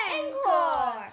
Encore